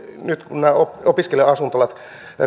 nyt kun nämä opiskelija asuntolat